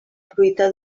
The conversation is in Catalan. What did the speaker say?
fruita